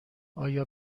آیا